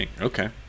Okay